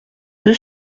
deux